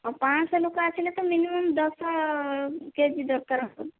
ପାଞ୍ଚଶହ ଲୋକ ଆସିଲେ ତ ମିନିମମ ଦଶ କେଜି ଦରକାର ହେବ